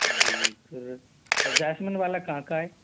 जी फिर और जैस्मिन वाला कहाँ का है